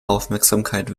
aufmerksamkeit